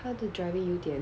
她的 driving 有点